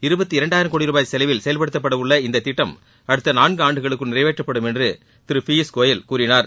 இருபத்திரண்டாயிரம் கோடி ரூபாய் செலவில் செயல்படுத்தப்பட உள்ள இந்த திட்டம் அடுத்த நான்காண்டுகளுக்குள் நிறைவேற்றப்படும் என்று திரு பியூஷ் கோயல் கூறினார்